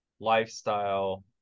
lifestyle